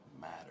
matter